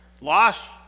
Loss